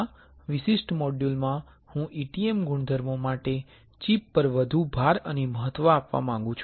આ વિશિષ્ટ મોડ્યુલ માં હું ETM ગુણધર્મો માટે ચિપ પર વધુ ભાર અને મહત્તવ આપવા માંગુ છું